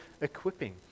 equipping